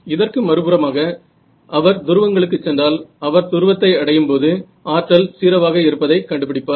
இதற்கு மறுபுறமாக அவர் துருவங்களுக்கு சென்றால் அவர் துருவத்தை அடையும்போது ஆற்றல் 0 ஆக இருப்பதை கண்டுபிடிப்பார்